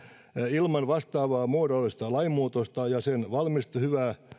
ilman vastaavaa muodollista lainmuutosta ja sen hyvää